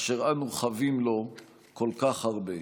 אשר אנו חבים לו כל כך הרבה.